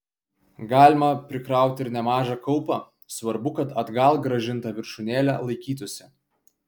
galima prikrauti ir nemažą kaupą svarbu kad atgal grąžinta viršūnėlė laikytųsi